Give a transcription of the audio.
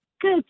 Good